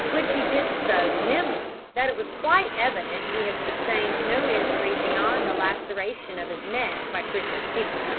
which he did so nimbly that it was quite evident he had sustained no injury beyond the laceration of his neck by crusoe's teeth,